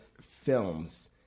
films